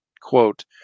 quote